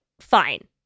fine